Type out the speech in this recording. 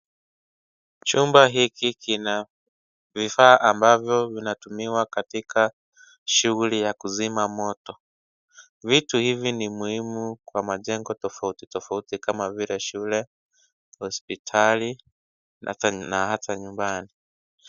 Chumpa hiki kina, vifaa ambavyo vinatumiwa katika shuguli ya kuzima moto, vitu hivi ni muimu kwa majengo tofauti tofauti kama vile, shule, hospitali, na hata, na hata nyumbani.